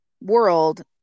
world